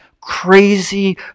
crazy